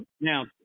Now